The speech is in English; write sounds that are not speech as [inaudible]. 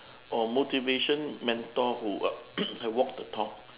or motivation mentor who [coughs] have walk the talk